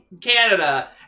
Canada